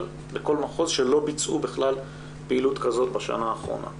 בכל מחוז שבכלל לא ביצעו פעילות כזאת בשנה האחרונה.